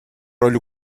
роль